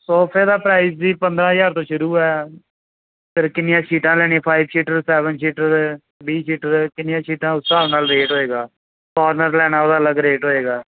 ਸੋਫੇ ਦਾ ਪ੍ਰਾਈਜ਼ ਜੀ ਪੰਦਰਾਂ ਹਜ਼ਾਰ ਤੋਂ ਸ਼ੁਰੂ ਹੈ ਫਿਰ ਕਿੰਨੀਆਂ ਸੀਟਾਂ ਲੈਣੀਆਂ ਫਾਈਵ ਸ਼ੀਟਰ ਸੈਵਨ ਸ਼ੀਟਰ ਵੀਹ ਸ਼ੀਟਰ ਕਿੰਨੀਆਂ ਸੀਟਾਂ ਉਸ ਹਿਸਾਬ ਨਾਲ ਰੇਟ ਹੋਏਗਾ ਕੋਰਨਰ ਲੈਣਾ ਉਹਦਾ ਅਲੱਗ ਰੇਟ ਹੋਏਗਾ